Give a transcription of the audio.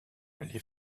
les